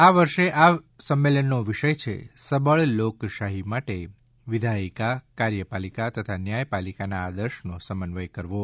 આ વર્ષે આ સંમેલનનો વિષય છે સબળ લોકશાહી માટે વિધાથિકા કાર્યપાલિકા તથા ન્યાયપાલિકાના આદર્શનો સમન્વય કરવો